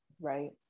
right